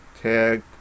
tag